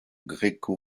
gréco